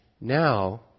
Now